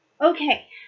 Okay